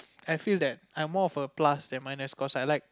I feel that I'm more of a plus than minus cause I like